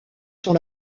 sont